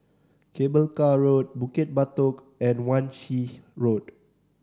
Cable Car Road Bukit Batok and Wan Shih Road